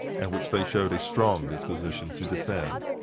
and which they showed a strong disposition to defend.